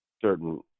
certain